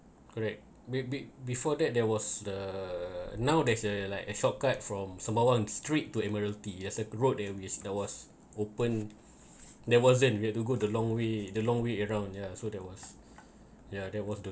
correct be~ be~ before that there was the now there's a like a shortcut from sembawang street to admiralty as a road there was be there was open there wasn't you have to go to long way the long way around ya so there was yeah there was